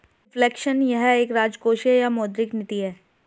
reflection यह एक राजकोषीय या मौद्रिक नीति है